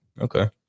Okay